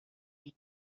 die